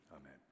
amen